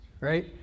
right